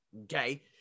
Okay